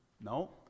No